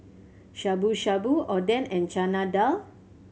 Shabu Shabu Oden and Chana Dal